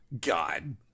God